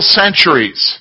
centuries